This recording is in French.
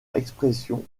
expression